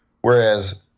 Whereas